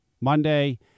Monday